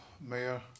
Mayor